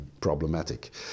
problematic